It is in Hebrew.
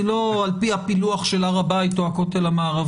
היא לא על פי הפילוח של הר הבית או הכותל המערבי,